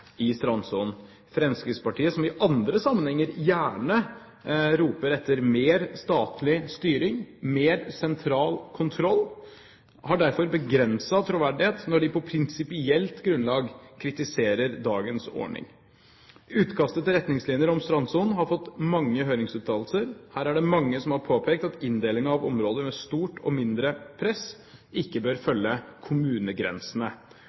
i strandsonen. Fremskrittspartiet, som i andre sammenhenger gjerne roper etter mer statlig styring, mer sentral kontroll, har derfor begrenset troverdighet når de på prinsipielt grunnlag kritiserer dagens ordning. Utkastet til retningslinjer om strandsonen har fått mange høringsuttalelser. Her er det mange som har påpekt at inndelingen av områder med stort og mindre press ikke bør følge kommunegrensene.